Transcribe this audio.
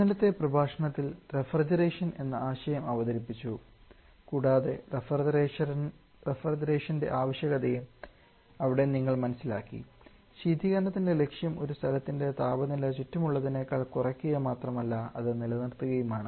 ഇന്നലത്തെ പ്രഭാഷണത്തിൽ റഫ്രിജറേഷൻ എന്ന ആശയം അവതരിപ്പിച്ചു കൂടാതെ റഫ്രിജറേഷന്റെ ആവശ്യകതയും അവിടെ നിങ്ങൾ മനസ്സിലാക്കി ശീതീകരണത്തിന്റെ ലക്ഷ്യം ഒരു സ്ഥലത്തിന്റെ താപനില ചുറ്റുമുള്ളതിനേക്കാൾ കുറയ്ക്കുക മാത്രമല്ല അത് നിലനിർത്തുകയുമാണ്